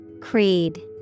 Creed